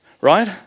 right